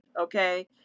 okay